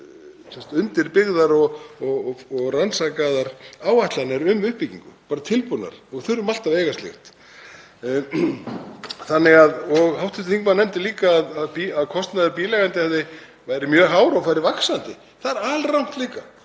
til undirbyggðar og rannsakaðar áætlanir um uppbyggingu, bara tilbúnar, og þurfum alltaf að eiga slíkt til. Hv. þingmaður nefndi líka að kostnaður bíleigenda væri mjög hár og færi vaxandi. Það er alrangt.